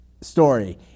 story